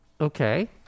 Okay